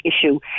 issue